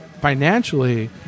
financially